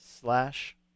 slash